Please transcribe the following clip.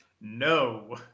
No